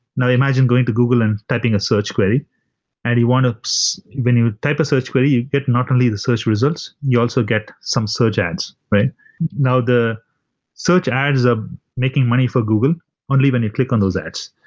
now imagine going to google and typing a search query and you want to so when you type a search query, you get not only the search results, you also get some search ads now the search ads up making money for google only when you click on those ads.